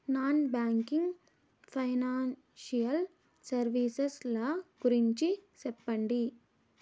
Non banking financial services ల గురించి సెప్పండి?